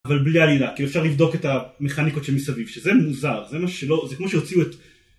אבל בלי עלילה, כי אי אפשר לבדוק את המכניקות שמסביב, שזה מוזר, זה כמו שהוציאו את...